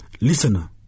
Listener